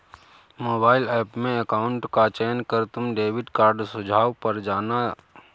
mobile app में account का चयन कर तुम डेबिट कार्ड सुझाव पर जाना